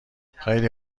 خیلی